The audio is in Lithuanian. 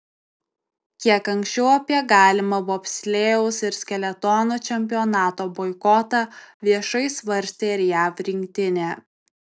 kiek anksčiau apie galimą bobslėjaus ir skeletono čempionato boikotą viešai svarstė ir jav rinktinė